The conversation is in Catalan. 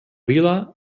vila